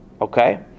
Okay